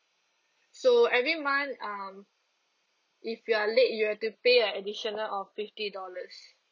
so every month um if you are late you have to pay a additional of fifty dollars